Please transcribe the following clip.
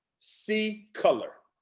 see color.